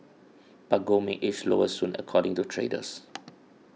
but gold may edge lower soon according to traders